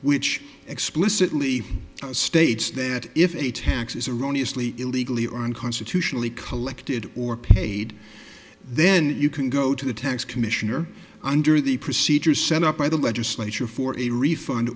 which explicitly states that if a tax is erroneous leigh illegally or unconstitutionally collected or paid then you can go to the tax commissioner under the procedures set up by the legislature for a refund